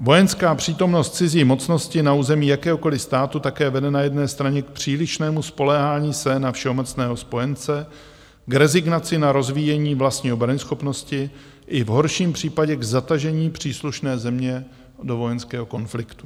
Vojenská přítomnost cizí mocnosti na území jakéhokoliv státu také vede na jedné straně k přílišnému spoléhání se na všemocného spojence, k rezignaci na rozvíjení vlastní obranyschopnosti i v horším případě k zatažení příslušné země do vojenského konfliktu.